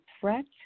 threat